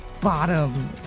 bottom